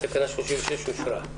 תקנה 36 אושרה.